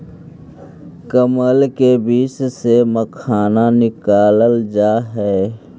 कमल के बीच्चा से मखाना निकालल जा हई